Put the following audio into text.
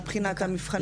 מבחינת המבחנים.